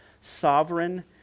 sovereign